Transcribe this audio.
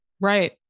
Right